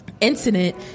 incident